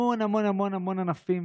המון המון המון המון ענפים